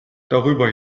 darüber